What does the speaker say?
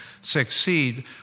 succeed